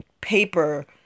paper